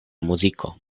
muziko